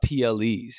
PLEs